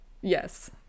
Yes